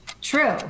True